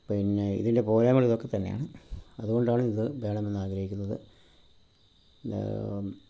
പിന്നെ ഇതിൻ്റെ പോരായ്മ്കളിതൊക്കെ തന്നെയാണ് അതുകൊണ്ടാണിത് വേണമെന്നാഗ്രഹിക്കുന്നത് ഇത്